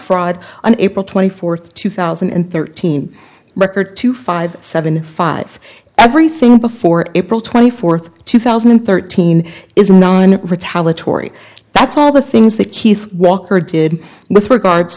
fraud on april twenty fourth two thousand and thirteen record two five seven five everything before april twenty fourth two thousand and thirteen is known for tallaght henri that's all the things that keith walker did with regards